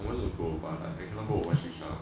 I wanna go but I cannot go overseas ah